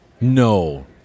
No